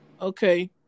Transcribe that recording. Okay